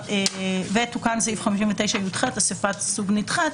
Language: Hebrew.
תוקן סעיף 59יח, אספת סוג נדחית.